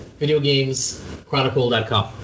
VideoGamesChronicle.com